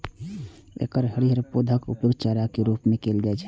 एकर हरियर पौधाक उपयोग चारा के रूप मे कैल जाइ छै